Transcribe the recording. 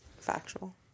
Factual